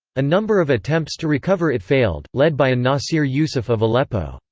a number of attempts to recover it failed, led by an-nasir yusuf of aleppo.